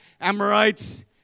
Amorites